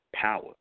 power